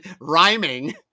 rhyming